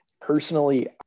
personally